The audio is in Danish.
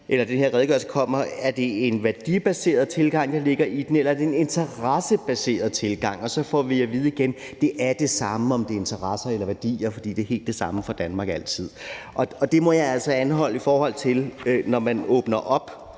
blev det også diskuteret, om det er en værdibaseret tilgang, der ligger i den, eller om det er en interessebaseret tilgang. Så får vi igen at vide, at det er det samme, om det er interesser eller værdier, for det er helt det samme for Danmark altid. Men det må jeg altså anholde, for når man åbner den